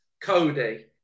Cody